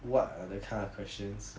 what are the kind of questions